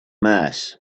mass